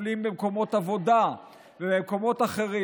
מופלים במקומות עבודה ובמקומות אחרים.